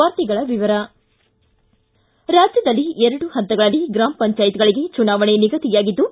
ವಾರ್ತೆಗಳ ವಿವರ ರಾಜ್ಞದಲ್ಲಿ ಎರಡು ಹಂತಗಳಲ್ಲಿ ಗ್ರಾಮ ಪಂಚಾಯತ್ಗಳಿಗೆ ಚುನಾವಣೆ ನಿಗದಿಯಾಗಿದ್ದು